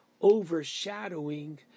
overshadowing